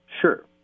Sure